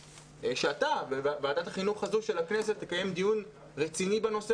שאתה וועדת החינוך של הכנסת תקיים דיון רציני בנושא